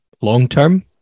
long-term